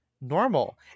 normal